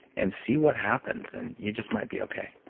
and see what happens and you just might be okay